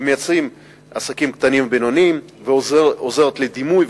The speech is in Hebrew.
ומייצרים עסקים קטנים ובינוניים ועוזרים לדימוי,